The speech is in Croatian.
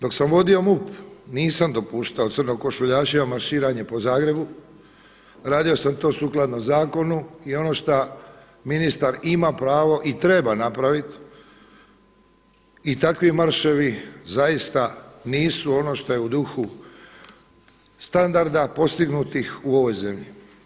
Dok sam vodio MUP nisam dopuštao crnokošuljašima marširanje po Zagrebu, radio sam to sukladno zakonu i ono šta ministar ima pravo i treba napraviti i takvi marševi zaista nisu ono što je u duhu standarda postignutih u ovoj zemlji.